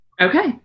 okay